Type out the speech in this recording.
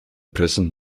present